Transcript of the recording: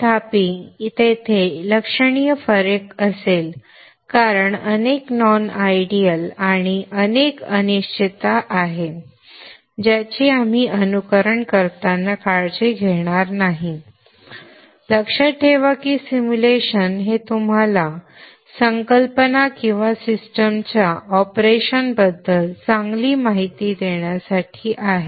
तथापि तेथे लक्षणीय फरक असेल कारण अनेक नॉन आयडियल आणि अनेक अनिश्चितता आहेत ज्याची आपण अनुकरण करताना काळजी घेणार नाही लक्षात ठेवा की सिम्युलेशन हे तुम्हाला संकल्पना किंवा सिस्टमच्या ऑपरेशनबद्दल चांगली माहिती देण्यासाठी आहे